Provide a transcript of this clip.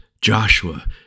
Joshua